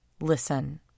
listen